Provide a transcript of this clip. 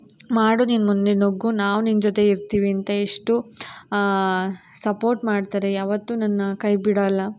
ಮಾಡು ನೀನು ಮುಂದೆ ನುಗ್ಗು ನಾವು ನಿನ್ನ ಜೊತೆ ಇರ್ತೀವಿ ಅಂತ ಎಷ್ಟು ಸಪೋರ್ಟ್ ಮಾಡ್ತಾರೆ ಯಾವತ್ತೂ ನನ್ನ ಕೈ ಬಿಡೋಲ್ಲ